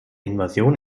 invasion